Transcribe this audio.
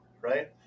right